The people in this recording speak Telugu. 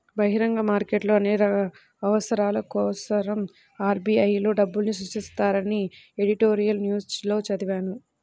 బహిరంగ మార్కెట్లో అన్ని అవసరాల కోసరం ఆర్.బి.ఐ లో డబ్బుల్ని సృష్టిస్తారని ఎడిటోరియల్ న్యూస్ లో చదివాను